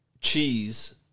cheese